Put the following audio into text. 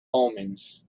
omens